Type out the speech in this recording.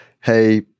hey